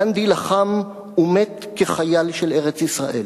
גנדי לחם ומת כחייל של ארץ-ישראל,